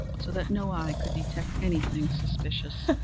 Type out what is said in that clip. so that no eye could detect any thing suspicious.